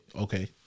Okay